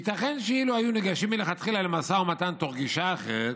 ייתכן שאילו היו ניגשים מלכתחילה למשא ומתן תוך גישה אחרת,